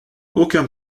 aucun